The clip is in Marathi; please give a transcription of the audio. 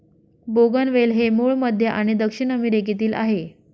बोगनवेल हे मूळ मध्य आणि दक्षिण अमेरिकेतील आहे